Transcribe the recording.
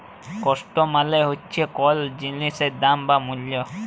cost মালে হচ্যে কল জিলিসের দাম বা মূল্য